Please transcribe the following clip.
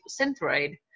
synthroid